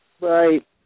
Right